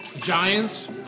Giants